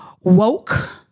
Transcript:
Woke